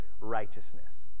righteousness